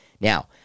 Now